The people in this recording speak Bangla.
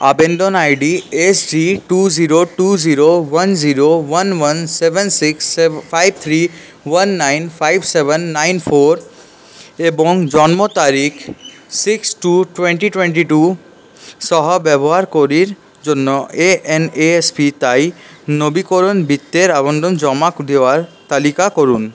আবেদন ID SG two zero two zero one zero one one seven six সে five three one nine five seven nine four এবং জন্ম তারিখ six two twenty twenty two সহ ব্যবহারকরির জন্য এএনএএসপি তাই নবীকরণ বৃত্তের আবেদন জমা দেওয়ার তালিকা করুন